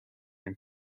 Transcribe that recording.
and